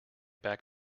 back